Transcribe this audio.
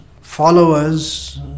followers